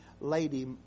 lady